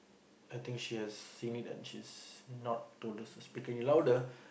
I think she has seen it and she's not told us to speaking louder